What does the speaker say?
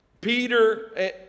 Peter